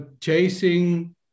chasing